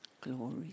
Glory